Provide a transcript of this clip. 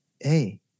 Hey